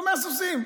שומר סוסים.